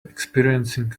experiencing